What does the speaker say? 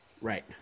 Right